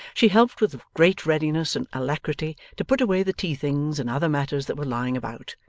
she helped with great readiness and alacrity to put away the tea-things and other matters that were lying about,